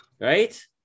right